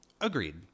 Agreed